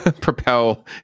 propel